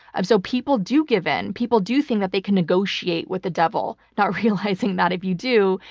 um so people do give in. people do think that they can negotiate with the devil, not realizing that if you do,